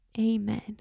Amen